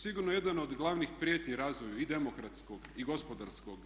Sigurno jedan od glavnih prijetnji razvoju i demokratskog i gospodarskog